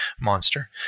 monster